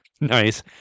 Nice